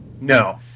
No